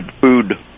food